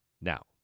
Now